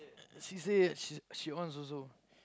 she says she she wants also